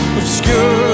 obscure